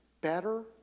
better